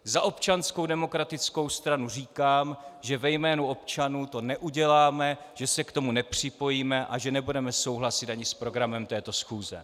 Za Občanskou demokratickou stranu říkám, že ve jménu občanů to neuděláme, že se k tomu nepřipojíme a že nebudeme souhlasit ani s programem této schůze.